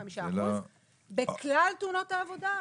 זה לא --- בכלל תאונות העבודה,